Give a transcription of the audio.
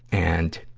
and,